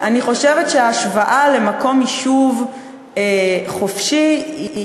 אני חושבת שההשוואה למקום יישוב חופשי היא,